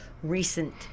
recent